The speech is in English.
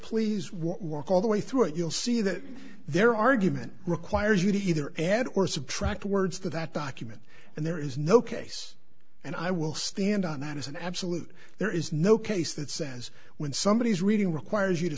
please walk all the way through it you'll see that their argument requires you to either add or subtract words to that document and there is no case and i will stand on that as an absolute there is no case that says when somebody is reading